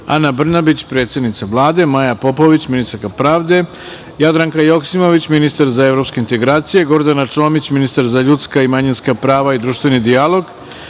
Ana Brnabić, predsednica Vlade, Maja Popović, ministarka pravde, Jadranka Joksimović, ministar za evropske integracije, Gordana Čomić, ministar za ljudska i manjinska prava i društveni dijalog,